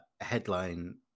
headline